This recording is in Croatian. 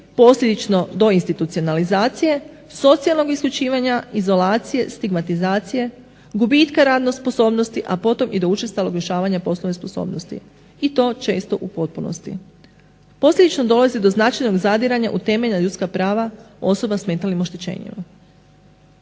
posljedično doinstitucionalizacije, socijalnog isključivanja, izolacije, stigmatizacije, gubitka radne sposobnosti, a potom i do učestalog lišavanja poslovne sposobnosti i to često u potpunosti. Posljedično dolazi do značajnog zadiranja u temeljna ljudska prava osoba sa mentalnim oštećenjima.